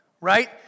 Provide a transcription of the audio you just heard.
right